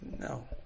No